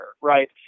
right